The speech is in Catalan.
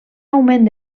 augment